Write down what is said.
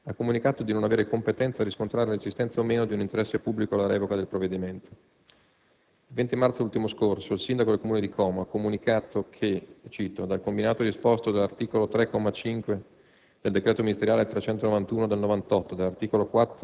La Regione Lombardia, in data 22 dicembre 2006, ha comunicato di non avere competenza a riscontrare l'esistenza o meno di un interesse pubblico alla revoca del provvedimento. Il 20 marzo ultimo scorso il sindaco del Comune di Como ha comunicato che: «Dal combinato disposto dell'articolo 3,